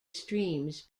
streams